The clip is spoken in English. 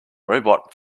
robot